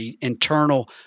internal